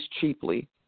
cheaply